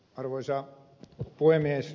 arvoisa puhemies